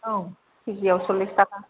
औ केजिआव सरलिस थाखा